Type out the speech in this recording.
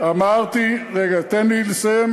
אבל אני מניח, רגע, תן לי לסיים.